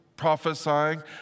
prophesying